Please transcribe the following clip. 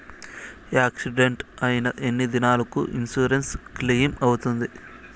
Accident అయిన ఎన్ని దినాలకు ఇన్సూరెన్సు క్లెయిమ్ అవుతుంది?